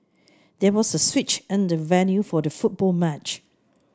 there was a switch in the venue for the football match